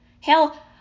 Hell